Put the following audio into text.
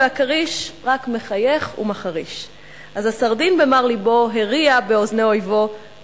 והכריש / רק מחייך ומחריש.// אז הסרדין במר לבו / הריע באוזני אויבו:/